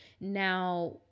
now